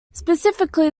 specifically